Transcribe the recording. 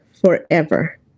forever